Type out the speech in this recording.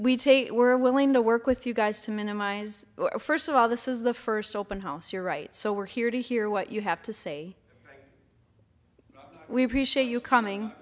we were willing to work with you guys to minimize first of all this is the first open house you're right so we're here to hear what you have to say we appreciate you coming